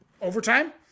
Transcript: overtime